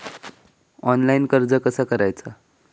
Online कर्ज कसा करायचा?